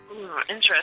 Interesting